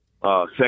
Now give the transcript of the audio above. second